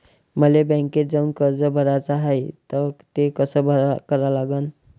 मले बँकेत जाऊन कर्ज भराच हाय त ते कस करा लागन?